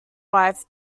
wife